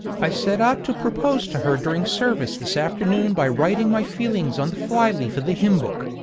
i set out to propose to her during service this afternoon by writing my feelings on the flyleaf of the hymn-book,